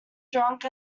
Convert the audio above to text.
drunk